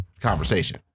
conversation